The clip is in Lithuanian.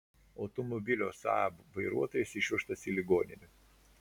automobilio saab vairuotojas išvežtas į ligoninę